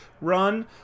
run